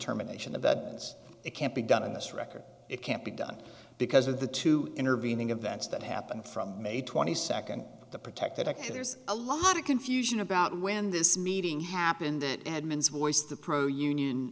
terminations of that it can't be done in this record it can't be done because of the two intervening events that happened from may twenty second to protect that there's a lot of confusion about when this meeting happened that admins voice the pro union